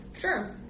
Sure